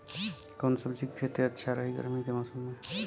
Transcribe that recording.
कवना सब्जी के खेती अच्छा रही गर्मी के मौसम में?